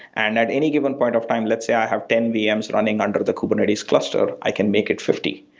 and at any given point of time, let's say i have ten vms running under the kubernetes cluster, i can make it fifty,